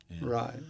right